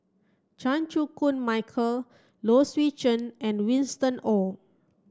Chan Chew Koon Michael Low Swee Chen and Winston Oh